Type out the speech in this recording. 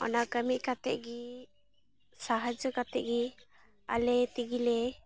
ᱚᱱᱟ ᱠᱟᱹᱢᱤ ᱠᱟᱛᱮ ᱜᱮ ᱥᱟᱦᱟᱡᱽᱡᱚ ᱠᱟᱛᱮ ᱜᱮ ᱟᱞᱮ ᱛᱮᱜᱮᱞᱮ